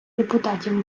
депутатів